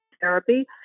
therapy